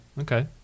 Okay